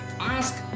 Ask